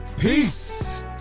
peace